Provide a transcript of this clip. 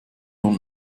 und